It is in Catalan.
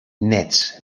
nets